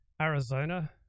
Arizona